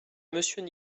monsieur